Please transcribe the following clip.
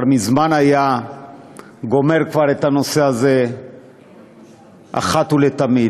מזמן היה גומר את הנושא הזה אחת ולתמיד.